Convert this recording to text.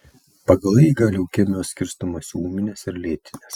pagal eigą leukemijos skirstomos į ūmines ir lėtines